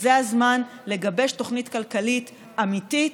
וזה הזמן לגבש תוכנית כלכלית אמתית,